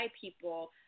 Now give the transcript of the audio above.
people